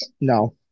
no